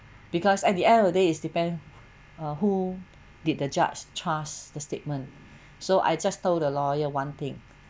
because at the end of the day is depend err who did the judge charge the statement so I just told the lawyer one thing